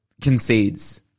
concedes